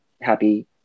happy